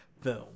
film